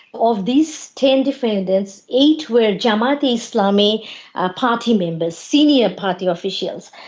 of these ten defendants, eight were jamaat-e-islami ah party members, senior party officials.